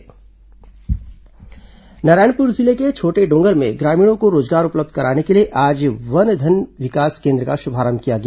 one Dhan Vikas Kendra Narayanpur जिले के छोटेडोंगर में ग्रामीणों को रोजगार उपलब्ध कराने के लिए आज वन धन विकास केन्द्र का शुभारंभ किया गया